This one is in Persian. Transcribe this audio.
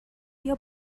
ایا